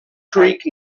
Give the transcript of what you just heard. creek